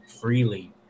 freely